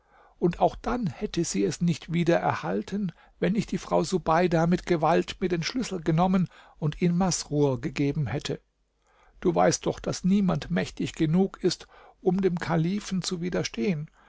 und auch dann hätte sie es nicht wieder erhalten wenn nicht die frau subeida mit gewalt mir den schlüssel genommen und ihn masrur gegeben hätte du weißt doch daß niemand mächtig genug ist um dem kalifen zu widerstehen